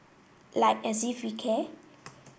like as if we care